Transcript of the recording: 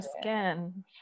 skin